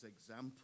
example